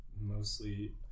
mostly